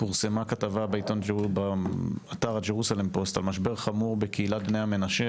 פורסמה באתר ה-Jerusalem Post על משבר חמור בקהילת בני המנשה,